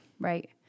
Right